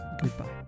Goodbye